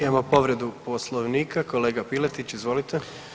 Imamo povredu Poslovnika, kolega Piletić izvolite.